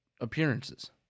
appearances